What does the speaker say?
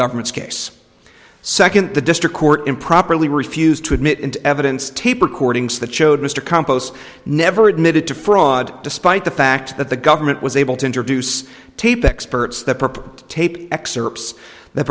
government's case second the district court improperly refused to admit into evidence tape recordings that showed mr compost never admitted to fraud despite the fact that the government was able to introduce tape experts that purpose tape excerpts that